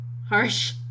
harsh